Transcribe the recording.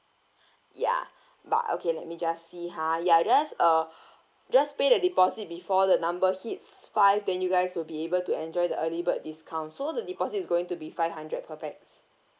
ya but okay let me just see ha ya just uh just pay the deposit before the number hits five then you guys will be able to enjoy the early bird discount so the deposit is going to be five hundred per pax